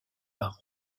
par